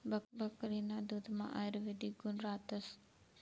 बकरीना दुधमा आयुर्वेदिक गुण रातस